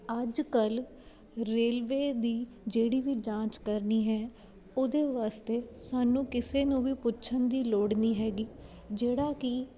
ਅੱਜ ਕੱਲ੍ਹ ਰੇਲਵੇ ਦੀ ਜਿਹੜੀ ਵੀ ਜਾਂਚ ਕਰਨੀ ਹੈ ਉਹਦੇ ਵਾਸਤੇ ਸਾਨੂੰ ਕਿਸੇ ਨੂੰ ਵੀ ਪੁੱਛਣ ਦੀ ਲੋੜ ਨਹੀਂ ਹੈਗੀ ਜਿਹੜਾ ਕਿ